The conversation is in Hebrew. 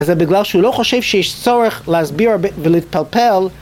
זה בגלל שהוא לא חושב שיש צורך להסביר הרבה ולהתפלפל